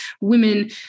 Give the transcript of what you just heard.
women